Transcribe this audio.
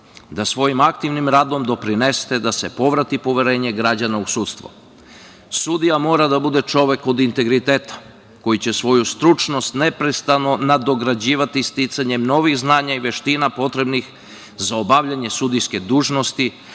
da svojim aktivnim radom doprinesete da se povrati poverenje građana u sudstvo. Sudija mora da bude čovek od integriteta koji će svoju stručnost neprestano nadograđivati sticanjem novih znanja i veština potrebnih za obavljanje sudijske dužnosti,